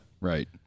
right